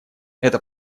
эта